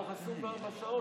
תוך 24 שעות?